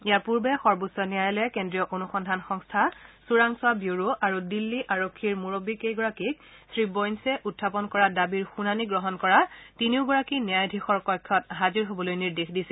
ইয়াৰ পূৰ্বে সৰ্বোচ্চ ন্যায়ালয়ে কেন্দ্ৰীয় অনুসন্ধান সংস্থা চোৰাংচোৱা ব্যুৰো আৰু দিল্লী আৰক্ষীৰ মুৰববীগৰাকীক শ্ৰী বৈলে উখাপন কৰা দাবী শুনানী গ্ৰহণ কৰা তিনিওগৰাকী ন্যায়াধীশৰ কক্ষত হাজিৰ হবলৈ নিৰ্দেশ দিছিল